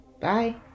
Bye